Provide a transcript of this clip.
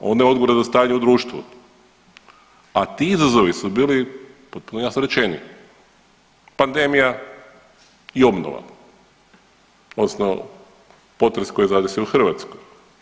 Ona je odgovorna za stanje u društvu, a ti izazovi su bili potpuno jasno rečeni, pandemija i obnova odnosno potres koji je zadesio Hrvatsku.